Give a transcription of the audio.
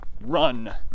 run